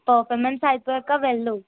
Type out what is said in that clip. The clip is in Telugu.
పర్ఫార్మెన్స్ అయిపోయాక వెళ్ళు